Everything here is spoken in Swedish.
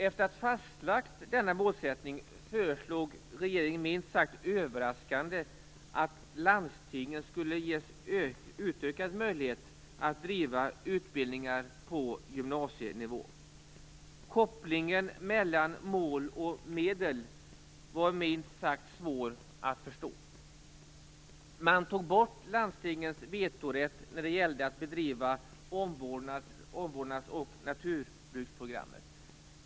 Efter att ha fastlagt denna målsättning föreslog regeringen minst sagt överraskande att landstingen skulle ges utökad möjlighet att driva utbildningar på gymnasienivå. Kopplingen mellan mål och medel var minst sagt svår att förstå. Man tog bort landstingens vetorätt när det gällde att bedriva omvårdnads och naturbruksprogrammet.